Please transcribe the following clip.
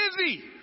busy